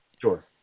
sure